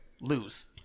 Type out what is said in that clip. lose